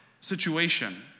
situation